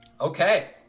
Okay